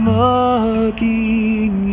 looking